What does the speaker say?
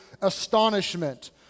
astonishment